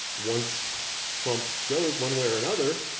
once trump goes one way or another,